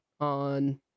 on